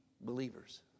believers